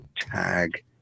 tag